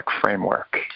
framework